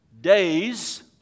days